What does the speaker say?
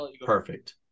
Perfect